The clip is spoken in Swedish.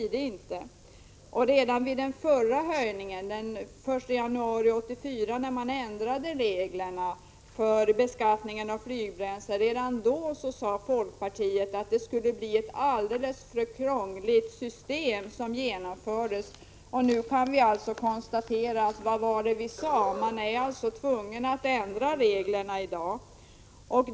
Redan i samband med den förra höjningen, den 1 januari 1984, då reglerna för beskattning för flygbränsle ändrades, sade folkpartiet att det system som genomfördes skulle bli alldeles för krångligt. Vi kan nu alltså hänvisa till vad vi då sade —i dag är man tvungen att ändra reglerna.